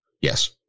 Yes